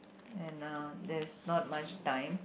and uh there's not much time